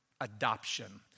adoption